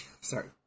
sorry